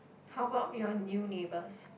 how about your new neighbours